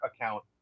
account